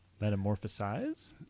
metamorphosize